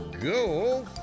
Go